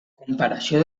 comparació